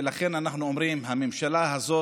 ולכן אנחנו אומרים, הממשלה הזו